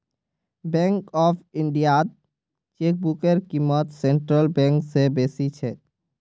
bank of इंडियात चेकबुकेर क़ीमत सेंट्रल बैंक स बेसी छेक